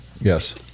Yes